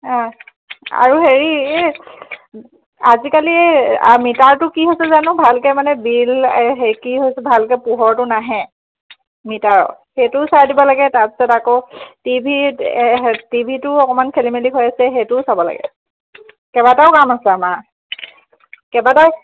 অ আৰু হেৰি এই আজিকালি মিটাৰটো কি হৈছে জানো ভালকে মানে বিল কি হৈছে ভালকে পোহৰটো নাহে মিটাৰৰ সেইটোও চাই দিব লাগে তাৰপিছত আকৌ টিভিত টিভিটো অকমান খেলিমেলি হৈ আছে সেইটোও চাব লাগে কেইবাটাও কাম আছে আমাৰ কেইবাটাও